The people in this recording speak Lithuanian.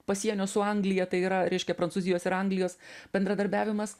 pasienio su anglija tai yra reiškia prancūzijos ir anglijos bendradarbiavimas